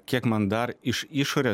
kiek man dar iš išorės